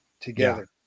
together